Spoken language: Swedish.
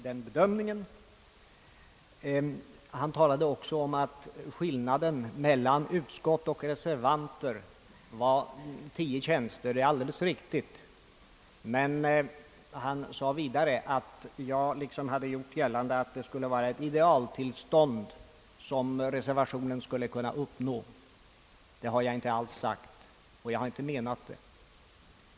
Herr Birger Andersson talade också om att skillnaden mellan utskottsmajoriteten och reservanterna gäller tio tjänster. Det är alldeles riktigt. Men 10 tjänster är i alla fall 10 tjänster. Vidare sade han att jag gjort gällande att det skulle vara ett idealtillstånd som reservationen innebar. Det har jag inte alls sagt och inte heller menat.